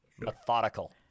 Methodical